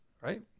right